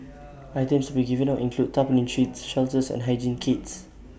items to be given out include tarpaulin sheets shelters and hygiene kits